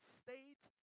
state